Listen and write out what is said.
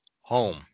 home